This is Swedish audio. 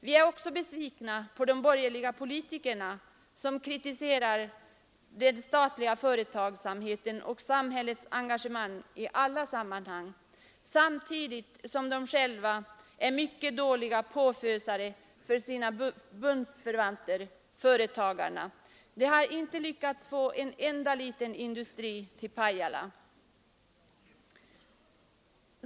Vi är också besvikna på de borgerliga politikerna som kritiserar den statliga företagsamheten och samhällets engagemang i alla sammanhang samtidigt som de själva är mycket dåliga ”påfösare” för sina egna bundsförvanter, företagarna. De har inte lyckats få en enda liten industri t.ex. till Pajala.